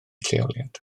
lleoliad